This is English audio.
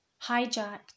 hijacked